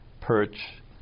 perch